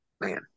man